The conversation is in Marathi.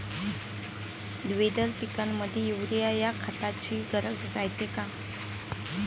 द्विदल पिकामंदी युरीया या खताची गरज रायते का?